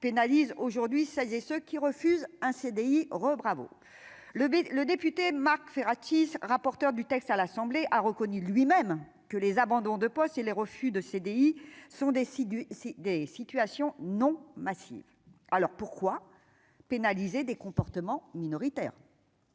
pénalise aujourd'hui ça et ceux qui refusent un CDI Rob bravo le le député Marc Ferracci, rapporteur du texte à l'Assemblée, a reconnu lui-même que les abandons de poste et les refus de CDI sont décidés, c'est des situations non massive, alors pourquoi pénaliser des comportements minoritaires.